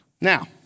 Now